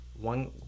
One